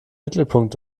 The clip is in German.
mittelpunkt